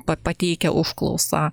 pa pateikę užklausą